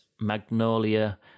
Magnolia